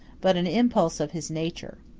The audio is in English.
but an impulse of his nature.